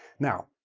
now,